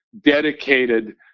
dedicated